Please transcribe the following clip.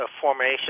formation